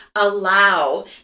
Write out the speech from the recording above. allow